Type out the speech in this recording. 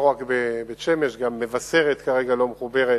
לא רק בית-שמש, גם מבשרת כרגע לא מחוברת